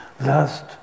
last